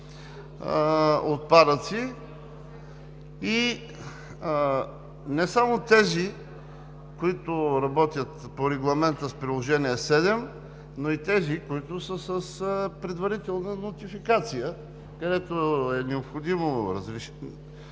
страни? И не само тези, които работят по Регламента с Приложение 7, но и тези, които са с предварителна нотификация, където е необходимо разрешение